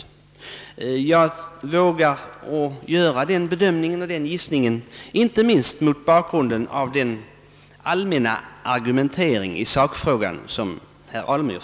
Jag vågar göra den gissningen inte minst mot bakgrund av herr Alemyrs allmänna argumentering i sakfrågan.